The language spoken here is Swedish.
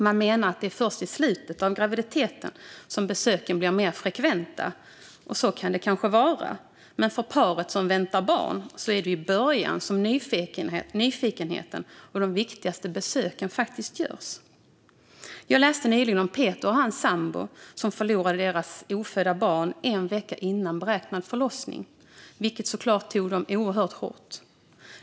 Man menar att det är först i slutet av graviditeten som besöken blir mer frekventa, och så kan det kanske vara. Men för paret som väntar barn är det ju i början som nyfikenheten är störst och de viktigaste besöken görs. Jag läste nyligen om Peter och hans sambo som förlorade sitt ofödda barn en vecka före beräknad förlossning, vilket såklart tog dem oerhört hårt.